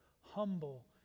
Humble